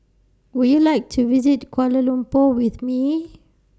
Would YOU like to visit Kuala Lumpur with Me